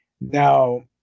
Now